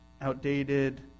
outdated